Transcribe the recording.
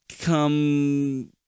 Come